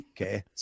Okay